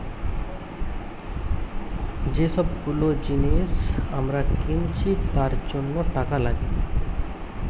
যে সব গুলো জিনিস আমরা কিনছি তার জন্য টাকা লাগে